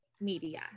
media